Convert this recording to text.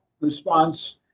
response